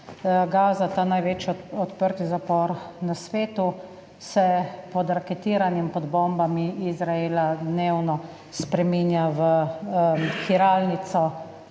Gaza, ta največji odprti zapor na svetu se pod raketiranjem, pod bombami Izraela dnevno spreminja v hiralnico,